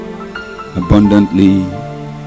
abundantly